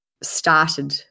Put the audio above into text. started